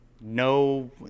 no